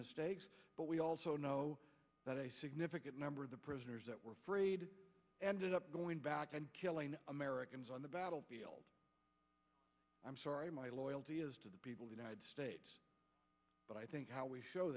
mistakes but we also know that a significant number of the prisoners that were freed ended up going back and killing americans on the battlefield i'm sorry my loyalty is to the people the united states but i think how we show